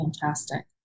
Fantastic